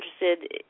interested